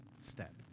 step